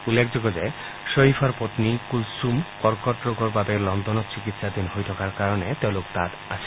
উল্লেখযোগ্য যে খ্বৰিফৰ পপ্পী কুলছুমৰ কৰ্কট ৰোগৰ বাবে লণ্ডনত চিকিৎসাধীন হৈ থকাৰ কাৰণে তেওঁলোক তাত আছিল